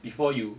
before you